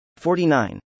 49